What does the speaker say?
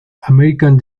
american